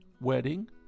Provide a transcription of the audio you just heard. Wedding